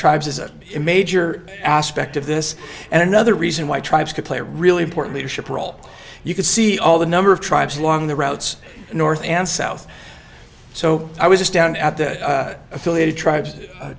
tribes is a major aspect of this and another reason why tribes could play a really important leadership role you can see all the number of tribes along the routes north and south so i was just down at the affiliated tribes